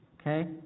Okay